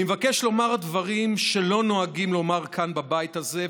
אני מבקש לומר דברים שלא נוהגים לומר כאן בבית הזה,